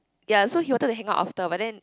ya so he wanted to hang out after but then